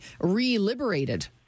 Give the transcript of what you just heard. re-liberated